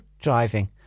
driving